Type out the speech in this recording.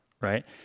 right